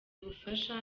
ubufasha